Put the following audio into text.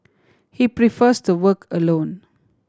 he prefers to work alone